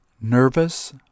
nervous